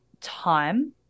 time